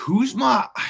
Kuzma